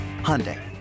Hyundai